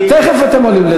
תכף אתם עולים,